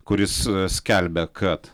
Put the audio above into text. kuris skelbia kad